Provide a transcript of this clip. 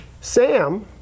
Sam